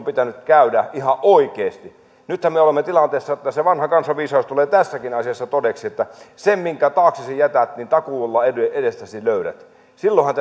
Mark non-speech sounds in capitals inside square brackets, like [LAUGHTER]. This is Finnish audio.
[UNINTELLIGIBLE] pitänyt käydä ihan oikeasti nythän me olemme tilanteessa että se vanha kansanviisaus tulee tässäkin asiassa todeksi sen minkä taaksesi jätät niin takuulla edestäsi löydät silloinhan [UNINTELLIGIBLE]